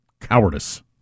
cowardice